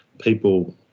people